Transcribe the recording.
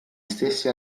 stessi